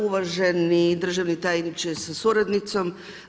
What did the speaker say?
Uvaženi državni tajniče sa suradnicom.